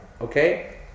Okay